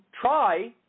try